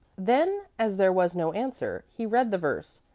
then, as there was no answer, he read the verse,